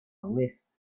list